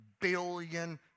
billion